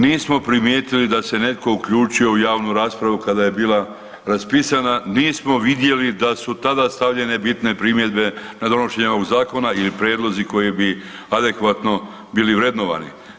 Nismo primijetili da se netko uključio u javnu raspravu kada je bila raspisana, nismo vidjeli da su tada stavljene bitne primjedbe na donošenje ovog zakona ili prijedlozi koji bi adekvatno bili vrednovani.